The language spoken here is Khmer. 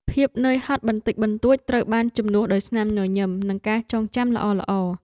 ភាពនឿយហត់បន្តិចបន្តួចត្រូវបានជំនួសដោយស្នាមញញឹម និងការចងចាំល្អៗ។